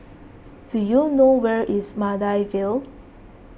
do you know where is Maida Vale